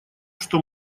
что